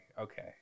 okay